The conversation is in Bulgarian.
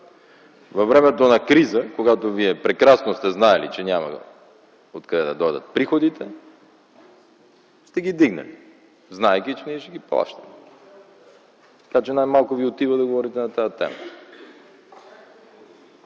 Във времето на криза, когато вие прекрасно сте знаели, че няма откъде да дойдат приходите, сте ги вдигнали, знаейки, че ние ще ги плащаме. Така че най-малко Ви отива да говорите на тая тема.